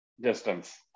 distance